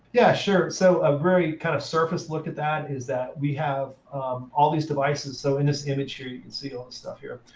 yeah, sure. so a very kind of surface look at that is that we have all these devices. so in this image here, you can see all this stuff here.